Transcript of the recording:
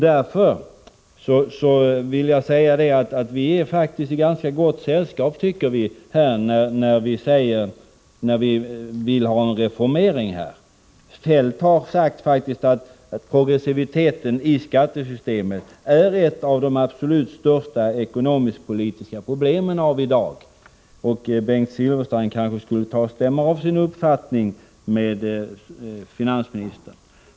Därför vill jag här säga att vi faktiskt är i ganska gott sällskap när vi vill ha en reformering. Feldt har faktiskt sagt att progressiviteten i skattesystemet är ett av de absolut största ekonomisk-politiska problemen i dag. Bengt Silfverstrand kanske skall stämma av sin uppfattning med finansministern.